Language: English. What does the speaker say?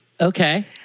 Okay